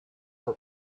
were